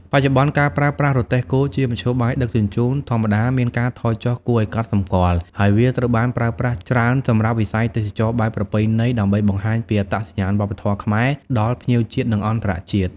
បច្ចុប្បន្ន ការប្រើប្រាស់រទេះគោជាមធ្យោបាយដឹកជញ្ជូនធម្មតាមានការថយចុះគួរឱ្យកត់សម្គាល់ ហើយវាត្រូវបានប្រើប្រាស់ច្រើនសម្រាប់ វិស័យទេសចរណ៍បែបប្រពៃណី ដើម្បីបង្ហាញពីអត្តសញ្ញាណវប្បធម៌ខ្មែរដល់ភ្ញៀវជាតិ និងអន្តរជាតិ ។